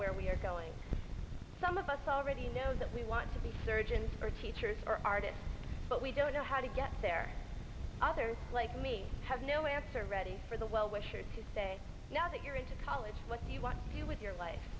where we are going some of us already know that we want to be surgeons for teachers or artists but we don't know how to get there others like me have no answer ready for the well wishers to say now that you're into college what do you want to do with your life